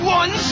one